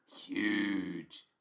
Huge